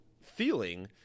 feeling